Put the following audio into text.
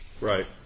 right